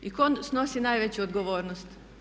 I tko snosi najveću odgovornost?